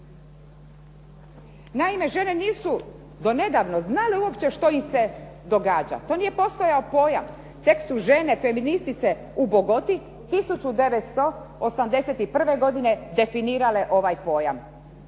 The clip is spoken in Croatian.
Naime, žene nisu do nedavno znale uopće što im se događa. Nije postojao pojam, tek su žene feministice u Bogoti 1981. godine definirale ovaj pojam.